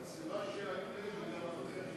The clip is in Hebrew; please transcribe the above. הסיבה היא, מקבל.